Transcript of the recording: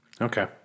Okay